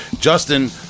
Justin